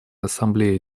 ассамблее